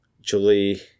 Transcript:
Julie